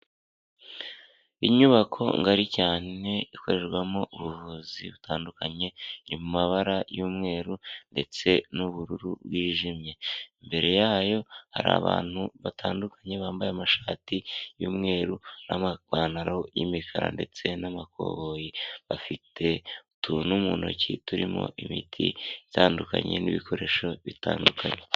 Inyubako ngari cyane ikorerwamo ubuvuzi butandukanye mu mabara y'umweru ndetse n'ubururu bwijimye. Imbere yayo hari abantu batandukanye bambaye amashati y'umweru n'amapantaro y'imikara ndetse n'amakoboyi bafite utuntu mu ntoki turimo imiti itandukanye n'ibikoresho bitandukanye.